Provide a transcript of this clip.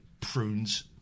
prunes